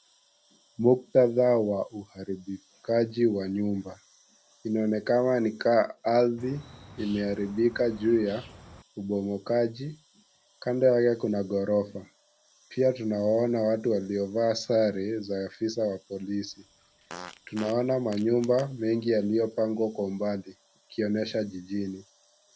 Muktadha wa uaribikaji wa nyumba. Inaonekana ni kaa ardhi imeharibika juu ya upomokaji. Kando yake kuna ghorofa. Pia tunawaona watu waliovaa sare za afisa wa polisi. Tunaona manyumba mengi yaliyopangwa kwa umbali ikionyesha jijini.